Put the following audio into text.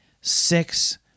six